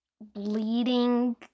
bleeding